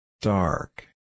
Dark